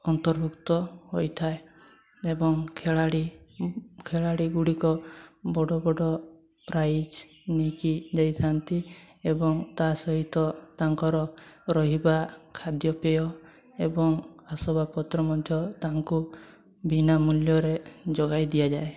ଅନ୍ତର୍ଭୁକ୍ତ ହୋଇଥାଏ ଏବଂ ଖେଳାଳି ଖେଳାଳିଗୁଡ଼ିକ ବଡ଼ବଡ଼ ପ୍ରାଇଜ୍ ନେଇକି ଯାଇଥାନ୍ତି ଏବଂ ତାସହିତ ତାଙ୍କର ରହିବା ଖାଦ୍ୟପେୟ ଏବଂ ଆସବାବପତ୍ର ମଧ୍ୟ ତାଙ୍କୁ ବିନା ମୂଲ୍ୟରେ ଯୋଗାଇଦିଆଯାଏ